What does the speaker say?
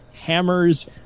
hammers